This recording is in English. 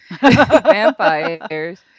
vampires